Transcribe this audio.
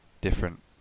different